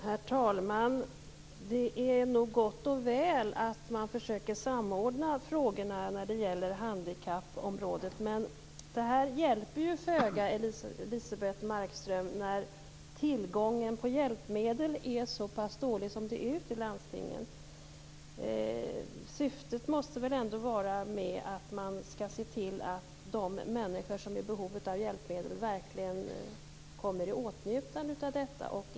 Herr talman! Det är nog gott och väl att man försöker samordna frågorna när det gäller handikappområdet. Men det hjälper ju föga, Elisebeht Markström, när tillgången på hjälpmedel är såpass dålig som den är ute i landstingen. Syftet måste ändå vara att se till att de människor som är i behov av hjälpmedel verkligen kommer i åtnjutande av detta.